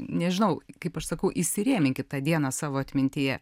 nežinau kaip aš sakau įsirėminkit tą dieną savo atmintyje